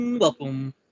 Welcome